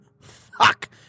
Fuck